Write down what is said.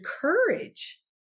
courage